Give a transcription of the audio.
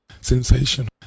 Sensational